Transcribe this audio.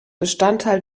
bestandteil